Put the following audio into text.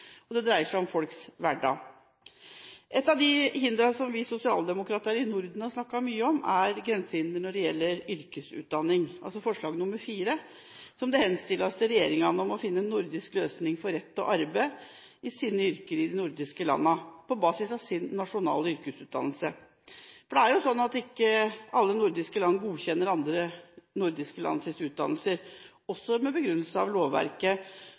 Det dreier seg om folks hverdag. Ett av hindrene som vi sosialdemokrater i Norden har snakket mye om, er grensehinder når det gjelder yrkesutdanning, altså forslag nr. 4, der det henstilles til regjeringen å finne en nordisk løsning for rett for yrkesutdannede til å arbeide i sine yrker i de nordiske landene på basis av sin nasjonale yrkesutdannelse. For det er jo slik at ikke alle nordiske land godkjenner andre nordiske lands utdannelser, også med begrunnelse i lovverket